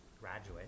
graduate